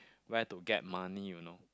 where to get money you know